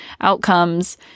outcomes